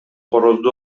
корозду